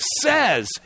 says